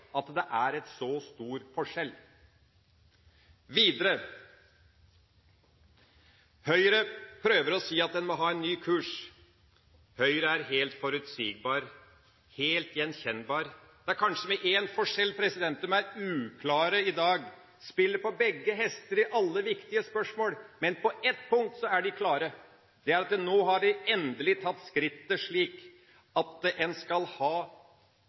at det er en så stor forskjell. Videre: Høyre prøver å si at en må ha en ny kurs. Høyre er helt forutsigbar, helt gjenkjennbar, kanskje med én forskjell: De er uklare i dag, spiller på begge hester i alle viktige spørsmål, men på ett punkt er de klare – ved at de nå endelig har tatt skrittet, slik at en skal ha